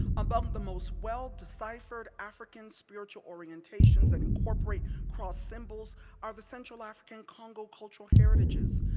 among the most well-deciphered african spiritual orientations that incorporate cross symbols are the central african kongo cultural heritages,